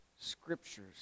scriptures